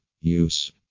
use